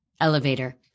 Elevator